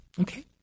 Okay